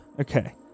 Okay